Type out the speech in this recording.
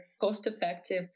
cost-effective